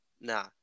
nah